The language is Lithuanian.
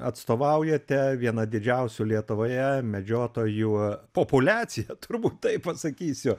atstovaujate vieną didžiausių lietuvoje medžiotojų populiaciją turbūt taip pasakysiu